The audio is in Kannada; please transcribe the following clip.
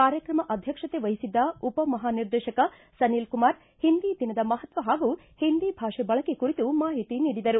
ಕಾರ್ಯಕ್ರಮ ಅಧ್ಯಕ್ಷತೆ ವಹಿಸಿದ್ದ ಉಪಮಹಾನಿರ್ದೇಶಕ ಸನಿಲ್ ಕುಮಾರ್ ಹಿಂದಿ ದಿನದ ಮಹತ್ನ ಹಾಗೂ ಹಿಂದಿ ಭಾಷೆ ಬಳಕೆ ಕುರಿತು ಮಾಹಿತಿ ನೀಡಿದರು